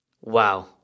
Wow